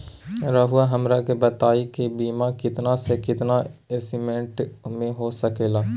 रहुआ हमरा के बताइए के बीमा कितना से कितना एस्टीमेट में हो सके ला?